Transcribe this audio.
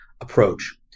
approach